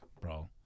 bro